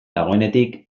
dagoenetik